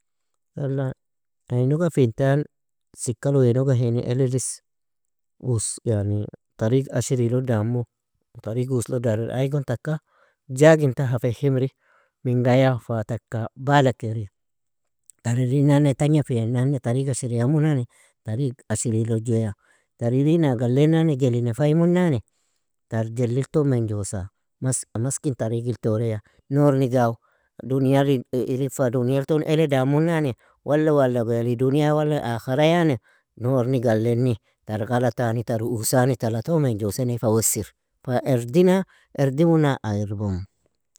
Yala, ay noga fintan sikkal wea noga hini eledis, uos yani طريق ashrilo damu طريق uoslo dari aygon taka, jagintan ha fehimri, mingaya fa taka bala kairi. Tar irinane tagna finane طريق ashria imunane, طريق ashrilo jueya. Tar irin aag alle nane jeli nafaymunnane, tar jelilton menjusa, maska maskin tariqil toreya. Nornig aaw, dunia ir irin fa dunialton ele damunnane, walo waloga eli dunia walo akharayani, nornig alleni tar ghalatani, tar uosani tala ton menjoseni, fa wassir. Fa erdina, erdimuna ay irbomu.